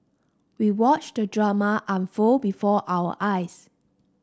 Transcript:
we watched the drama unfold before our eyes